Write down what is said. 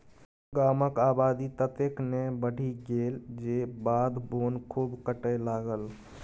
गामक आबादी ततेक ने बढ़ि गेल जे बाध बोन खूब कटय लागल